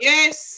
Yes